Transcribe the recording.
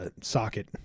socket